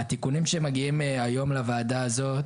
התיקונים שמגיעים היום לוועדה הזאת